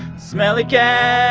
smelly cat,